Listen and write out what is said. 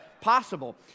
possible